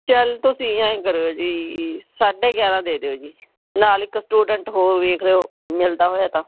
ਚਲ ਤੁਸੀਂ ਐਂਏ ਕਰਿਓ ਜੀ ਸਾਢੇ ਗਿਆਰ੍ਹਾਂ ਦੇ ਦਿਓ ਜੀ ਨਾਲ ਇੱਕ ਸਟੂਡੈਂਟ ਹੋਰ ਵੇਖ ਲਿਓ ਮਿਲਦਾ ਹੋਇਆ ਤਾਂ